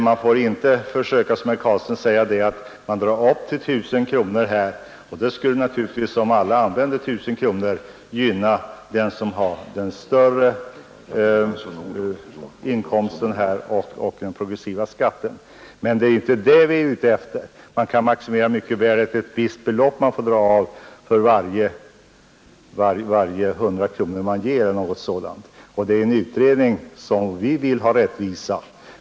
Man får däremot inte, som herr Carlstein, säga att man får dra av upp till 1 000 kronor; det skulle naturligtvis, om alla använde 1 000 kronor, gynna den som har den större inkomsten och den större progressiva skatten. Men det är ju inte det vi är ute efter. Man kan mycket väl maximera avdraget så, att det är ett visst belopp man får dra av för varje hundralapp man ger eller någonting sådant. Det är genom att utreda det som vi vill åstadkomma rättvisa.